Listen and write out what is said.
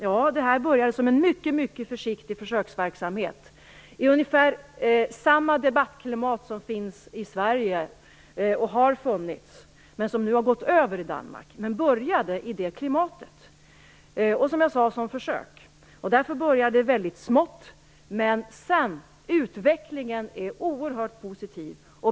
Ja, det här började som en mycket försiktig försöksverksamhet. Det debattklimat som nu finns i Sverige fanns också i början i Danmark, men det har nu gått över. Man började väldigt smått med en försöksverksamhet, men utvecklingen är oerhört positiv.